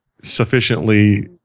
sufficiently